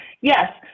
yes